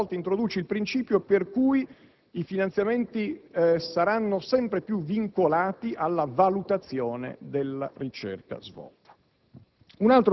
che, per la prima volta, introduce il principio per cui i finanziamenti saranno sempre più vincolati alla valutazione della ricerca svolta.